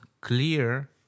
clear